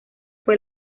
fue